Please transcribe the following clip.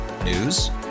News